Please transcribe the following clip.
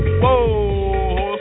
Whoa